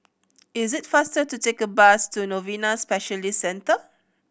it is faster to take the bus to Novena Specialist Centre